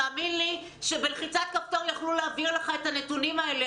תאמין לי שבלחיצת כפתור יכלו להעביר לך את הנתונים האלה.